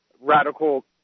radical